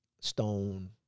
stone